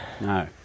No